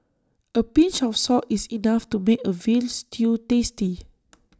A pinch of salt is enough to make A Veal Stew tasty